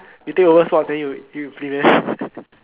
you take over sports then you you implement